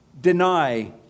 deny